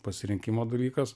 pasirinkimo dalykas